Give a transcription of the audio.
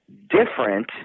different